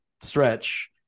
stretch